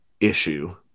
issue